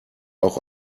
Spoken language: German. auch